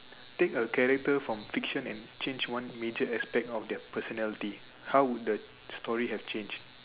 take a character from fiction and change one major aspect of their personality how would the story have changed